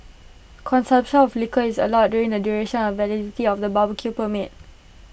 consumption of liquor is allowed during the duration of validity of the barbecue permit